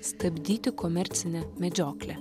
stabdyti komercinę medžioklę